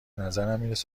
رسد